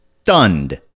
stunned